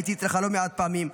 הייתי אצלך לא מעט פעמים,